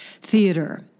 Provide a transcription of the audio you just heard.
theater